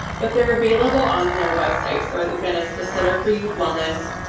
but they're available on their website so again it's the center for youth wellness.